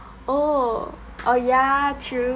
oh oh ya true